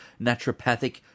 naturopathic